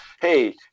hey